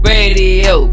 Radio